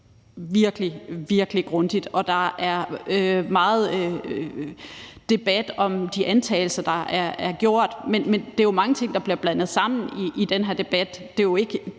virkelig grundigt, og der er meget debat om de antagelser, man har gjort sig, men det er jo mange ting, der bliver blandet sammen i den her debat – det handler jo ikke